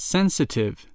Sensitive